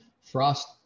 frost